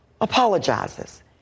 apologizes